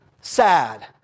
sad